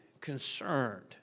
concerned